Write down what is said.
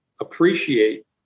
appreciate